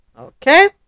Okay